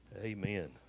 Amen